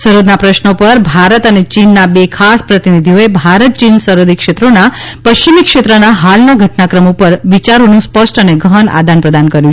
સરહદના પ્રશ્નો પર ભારત અને ચીનના બે ખાસ પ્રતિનીધિઓએ ભારત ચીન સરહદી ક્ષેત્રોના પશ્ચિમી ક્ષેત્રમાં હાલના ઘટનાક્રમ ઉપર વિયારોનું સ્પષ્ટ અને ગહન આદાન પ્રદાન કર્યું